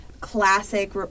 classic